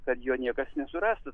kad jo niekas nesurastų